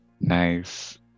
Nice